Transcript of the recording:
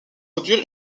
produire